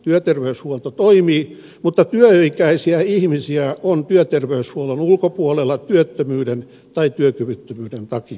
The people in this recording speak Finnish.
työterveyshuolto toimii mutta työikäisiä ihmisiä on työterveyshuollon ulkopuolella työttömyyden tai työkyvyttömyyden takia